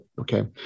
okay